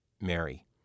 Mary